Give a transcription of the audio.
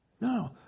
No